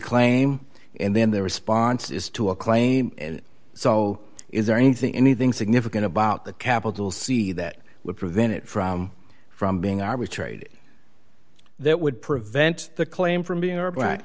claim and then the response is to a claim so is there anything anything significant about the capital c that would prevent it from from being our be traded that would prevent the claim from being our black